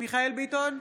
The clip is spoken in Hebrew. מיכאל מרדכי ביטון,